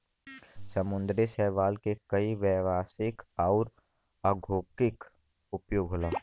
समुंदरी शैवाल के कई व्यवसायिक आउर औद्योगिक उपयोग होला